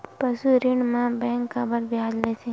पशु ऋण म बैंक काबर ब्याज लेथे?